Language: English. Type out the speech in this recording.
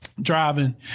driving